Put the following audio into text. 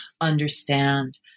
understand